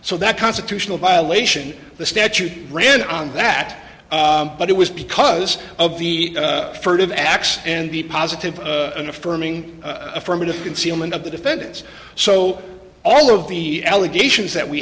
so that constitutional violation the statute ran on that but it was because of the furtive acts and the positive affirming affirmative concealment of the defendants so all of the allegations that we